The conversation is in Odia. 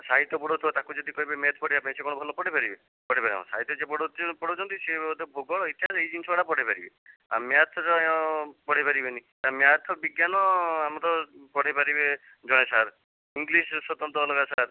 ସାହିତ୍ୟ ପଢ଼ଉଥିବ ତା'କୁ ଯଦି କହିବେ ମ୍ୟାଥ୍ ପଢ଼େଇବା ପାଇଁ ସେ କ'ଣ ଭଲ ପଢ଼େଇ ପାରିବେ ପଢ଼େଇ ପାରିବନି ସାହିତ୍ୟ ଯିଏ ପଢ଼ଉଛୁ ପଢ଼ଉଛନ୍ତି ସିଏ ହୁଏ ତ ଭୂଗୋଳ ଇତିହାସ ଏଇ ଜିନିଷଗୁଡ଼ା ପଢ଼େଇ ପାରିବେ ଆଉ ମ୍ୟାଥ୍ ତ ପଢ଼େଇ ପାରିବେନି ମ୍ୟାଥ୍ ବିଜ୍ଞାନ ଆମର ପଢ଼େଇ ପାରିବେ ଜଣେ ସାର୍ ଇଂଗ୍ଲିଶ୍ ର ସ୍ଵତନ୍ତ୍ର ଅଲଗା ସାର୍